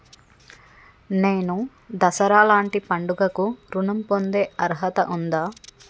నేను దసరా లాంటి పండుగ కు ఋణం పొందే అర్హత ఉందా?